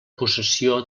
possessió